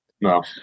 No